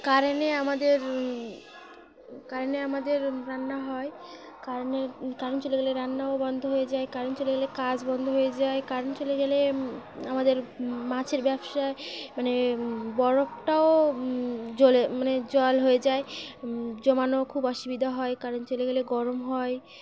কারেন্টে আমাদের কারেন্টে আমাদের রান্না হয় কারেনে কারেন্ট চলে গেলে রান্নাও বন্ধ হয়ে যায় কারেন্ট চলে গেলে কাজ বন্ধ হয়ে যায় কারেন্ট চলে গেলে আমাদের মাছের ব্যবসায় মানে বরফটাও জলে মানে জল হয়ে যায় জমানো খুব অসুবিধা হয় কারেন্ট চলে গেলে গরম হয়